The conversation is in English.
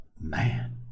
Man